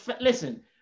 listen